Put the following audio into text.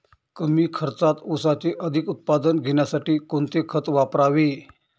कमी खर्चात ऊसाचे अधिक उत्पादन घेण्यासाठी कोणते खत वापरावे?